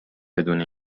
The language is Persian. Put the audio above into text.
بدون